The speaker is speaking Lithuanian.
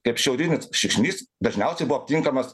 kaip šiaurinis šikšnys dažniausiai buvo aptinkamas